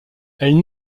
elle